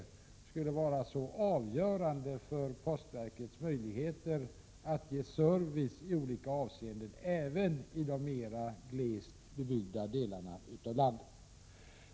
Jag tror inte att den verksamheten kan vara avgörande för postverkets möjligheter att ge service i olika avseenden, inte ens i de mer glest bebyggda delarna av landet.